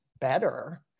better